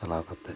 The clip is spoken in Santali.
ᱪᱟᱞᱟᱣ ᱠᱟᱛᱮᱫ